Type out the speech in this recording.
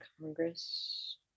congress